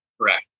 Correct